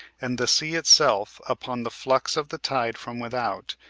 and the sea itself, upon the flux of the tide from without,